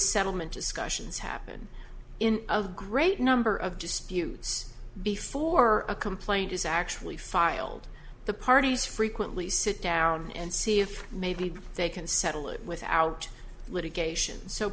settlement discussions happen in of great number of disputes before a complaint is actually filed the parties frequently sit down and see if maybe they can settle it without litigation so